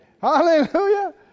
Hallelujah